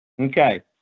okay